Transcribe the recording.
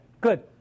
Good